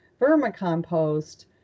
vermicompost